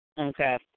Okay